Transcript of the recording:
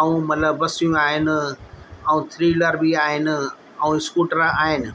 ऐं मतिलबु बसियूं आहिनि ऐं थ्री वीलर बि आहिनि ऐं स्कूटर आहिनि